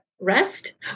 rest